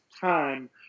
time